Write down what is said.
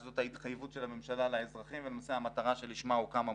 שזאת ההתחייבות של הממשלה לאזרחים ולמעשה המטרה שלשמה הוקם המוסד,